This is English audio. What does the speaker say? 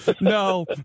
no